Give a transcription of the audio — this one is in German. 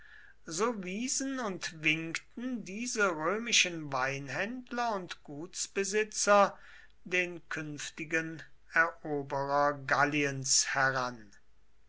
so wiesen und winkten diese römischen weinhändler und gutsbesitzer den künftigen eroberer galliens heran